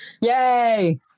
Yay